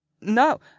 No